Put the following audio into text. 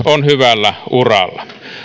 hyvällä uralla